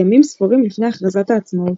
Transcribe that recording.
ימים ספורים לפני הכרזת העצמאות.